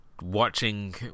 watching